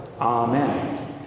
Amen